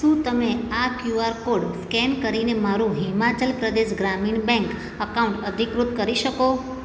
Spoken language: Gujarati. શું તમે આ કયુઆર કોડ સ્કેન કરીને મારું હિમાચલ પ્રદેશ ગ્રામીણ બેંક અકાઉન્ટ અધિકૃત કરી શકો